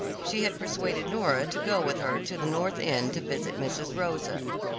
she had persuaded nora to go with her to the north end to visit mrs. rosa.